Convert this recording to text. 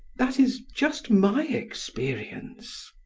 that is just my experience.